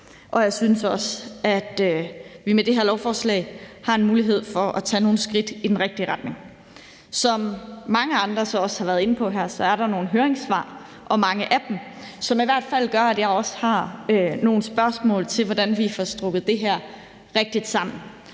Og jeg synes også, at vi med det her lovforslag har en mulighed for at tage nogle skridt i den rigtige retning. Som mange andre så også har været inde på her, er der nogle høringssvar – og mange af dem – som i hvert fald gør, at jeg også har nogle spørgsmål til, hvordan vi får strikket det her rigtigt sammen.